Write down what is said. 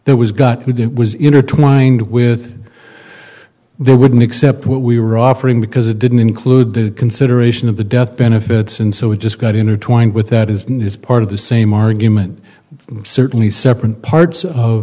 that was gutted it was intertwined with they wouldn't accept what we were offering because it didn't include the consideration of the death benefits and so it just got intertwined with that isn't is part of the same argument but certainly separate parts of